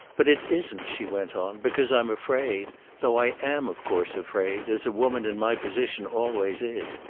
but it isn't, she went on, because i'm afraid though i am of course afraid, as a woman in my position always is.